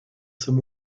some